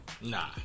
Nah